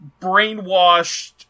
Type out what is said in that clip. brainwashed